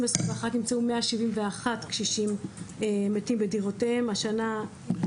נמצאו 171 קשישים בדירותיהם ובשנת 2022,